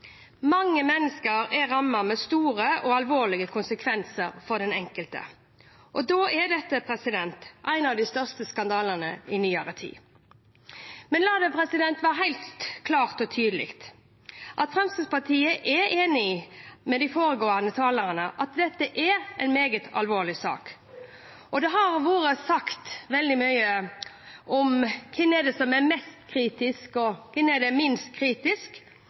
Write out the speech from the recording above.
Mange mennesker er rammet, med store og alvorlige konsekvenser for den enkelte. Da er dette en av det største skandalene i nyere tid. La det være helt klart og tydelig at Fremskrittspartiet er enig med de foregående talerne i at dette er en meget alvorlig sak. Det har vært sagt veldig mye om hvem som er mest kritisk og minst kritisk, og at de som kritiserer minst,